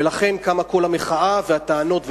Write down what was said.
ולכן קמה כל המחאה ולכן הטענות וכו'.